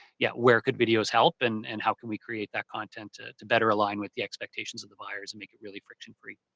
yeah where could videos help and and how can we create that content to to better align with the expectations of the buyers and make it really friction free?